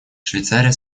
швейцария